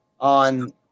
on